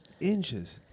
inches